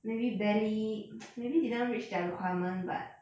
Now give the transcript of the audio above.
maybe barely maybe didn't reach their requirement but